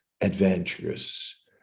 adventurous